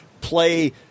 play